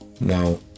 Now